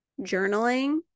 Journaling